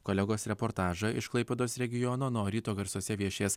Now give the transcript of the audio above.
kolegos reportažą iš klaipėdos regiono na o ryto garsuose viešės